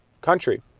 country